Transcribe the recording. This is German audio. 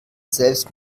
selbst